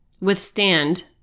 withstand